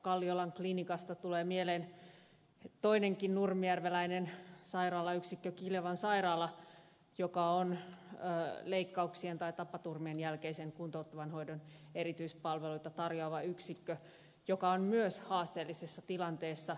kalliolan klinikasta tulee mieleen toinenkin nurmijärveläinen sairaalayksikkö kiljavan sairaala joka on leikkausten tai tapaturmien jälkeisen kuntouttavan hoidon erityispalveluita tarjoava yksikkö joka on myös haasteellisessa tilanteessa